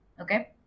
Okay